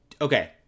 Okay